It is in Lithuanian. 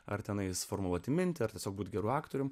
ar tenais formuluoti mintį ar tiesiog būti geru aktoriumi